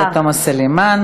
לטובת הציבור.